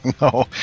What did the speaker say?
No